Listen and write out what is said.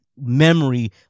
memory